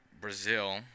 Brazil